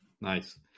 Nice